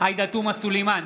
עאידה תומא סלימאן,